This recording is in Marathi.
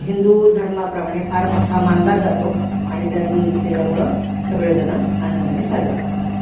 हिंदू धर्माप्रमाणे फार मोठा मानला जातो आणि त्या त्याच्यामुळे सगळेजण आनंदाने साजरा करतात